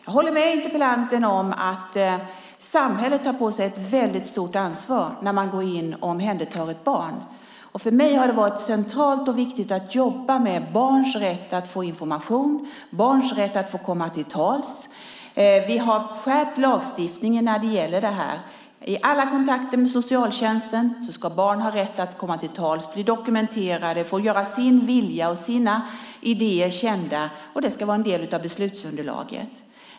Jag håller med interpellanten om att samhället tar på sig ett stort ansvar när man går in och omhändertar ett barn. För mig har det varit centralt och viktigt att jobba med barns rätt att få information och barns rätt att komma till tals. Vi har skärpt lagstiftningen när det gäller detta. I alla kontakter med socialtjänsten ska barn ha rätt att komma till tals, bli dokumenterade och få göra sin vilja och sina idéer kända. Det ska vara en del av beslutsunderlaget.